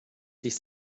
sich